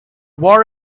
war